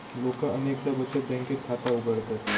लोका अनेकदा बचत बँकेत खाता उघडतत